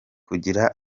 kugira